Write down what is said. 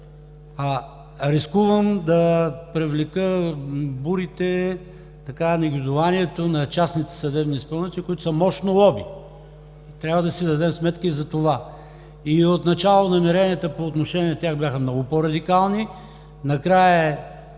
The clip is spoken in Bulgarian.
Рискувам да привлека бурите, негодуванието на частните съдебни изпълнители, които са мощно лоби – трябва да си дадем сметка и за това. Отначало намеренията по отношение на тях бяха много по-радикални, накрая